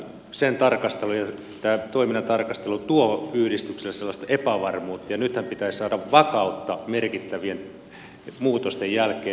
kyllä tämän toiminnan tarkastelu tuo yhdistykselle epävarmuutta ja nythän pitäisi saada vakautta merkittävien muutosten jälkeen